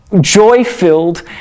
joy-filled